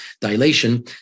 dilation